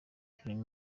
film